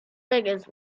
beggars